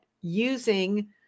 using